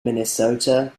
minnesota